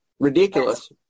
Ridiculous